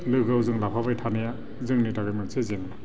लोगोआव जों लाफाबाय थानाया जोंनि थाखाय मोनसे जेंना